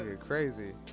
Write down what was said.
crazy